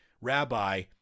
rabbi